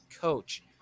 coach